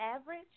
average